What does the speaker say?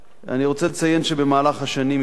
אני רוצה לציין שבמהלך השנים התקיימו